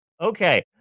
Okay